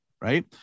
right